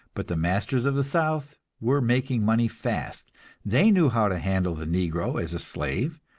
but the masters of the south were making money fast they knew how to handle the negro as a slave,